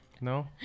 No